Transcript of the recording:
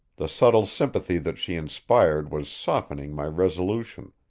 the subtle sympathy that she inspired was softening my resolution.